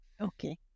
Okay